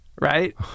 right